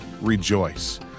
rejoice